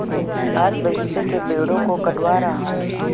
आज बगीचे के पेड़ों को कटवा रहा हूं